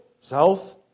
south